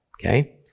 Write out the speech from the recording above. Okay